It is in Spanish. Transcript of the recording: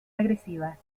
agresivas